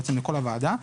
בעצם לכל הוועדה,